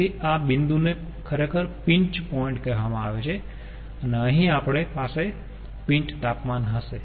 તેથી આ બિંદુને ખરેખર પિંચ પોઈન્ટ કહેવામાં આવે છે અને અહીં આપણી પાસે પિન્ચ તાપમાન હશે